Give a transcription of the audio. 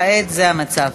כעת זה המצב.